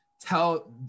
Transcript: tell